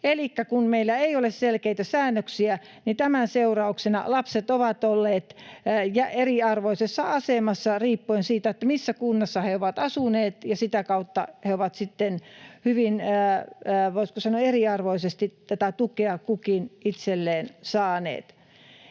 kun meillä ei ole selkeitä säännöksiä, tämän seurauksena lapset ovat olleet eriarvoisessa asemassa riippuen siitä, missä kunnassa he ovat asuneet, ja sitä kautta he ovat sitten hyvin voisiko sanoa eriarvoisesti tätä tukea kukin itselleen saaneet.